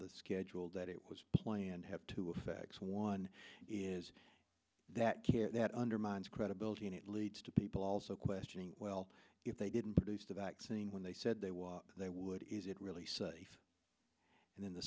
the schedule that it was planned have to affect one is that care that undermines credibility and it leads to people also questioning well if they didn't produce the vaccine when they said they would they would is it really safe and then the